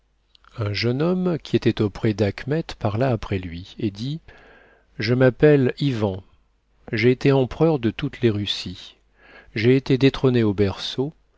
un jeune homme qui était auprès d'achmet parla après lui et dit je m'appelle ivan j'ai été empereur de toutes les russies j'ai été détrôné au berceau